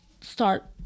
start